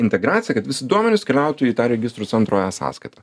integraciją kad visi duomenys keliautų į tą registrų centro e sąskaitą